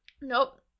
Nope